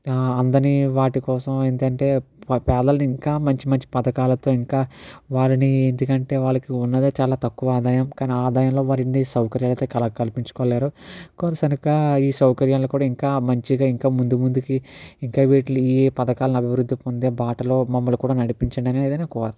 అందని వాటికోసం ఏంటంటే మా పేదలు ఇంకా మంచి మంచి పథకాలతో ఇంకా వాళ్ళని ఎందుకంటే వాళ్ళకి ఉన్నది చాలా తక్కువ ఆదాయం కానీ ఆదాయంలో వారు ఇన్ని సౌకర్యాలు అయితే కల కల్పించుకోలేరు కూని సరిగా ఈ సౌకర్యాలు కూడా ఇంకా మంచిగా ఇంకా ముందు ముందుకి ఇంకా వీటిలో ఏ పథకాలు అభివృద్ధి పొందే బాటలో మమ్మల్ని కూడా నడిపించండి అనేది కోరుతాను